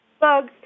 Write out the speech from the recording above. bugs